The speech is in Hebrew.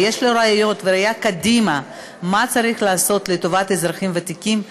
ויש לו רעיונות וראייה קדימה מה צריך לעשות לטובת האזרחים הוותיקים.